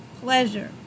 pleasure